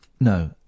No